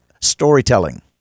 storytelling